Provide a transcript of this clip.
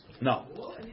No